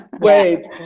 Wait